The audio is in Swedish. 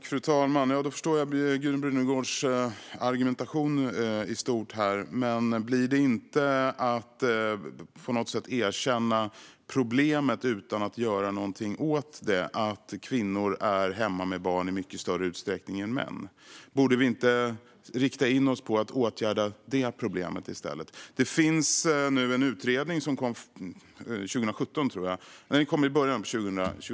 Fru talman! Ja, då förstår jag Gudrun Brunegårds argumentation i stort. Men blir det inte på något sätt att erkänna problemet utan att göra något åt det - att kvinnor är hemma med barn i mycket större utsträckning än män? Borde vi inte rikta in oss på att åtgärda det problemet i stället? Det finns en utredning som kom 2017, tror jag. Nej, den kom i början av 2019.